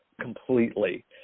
completely